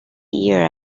year